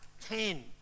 ten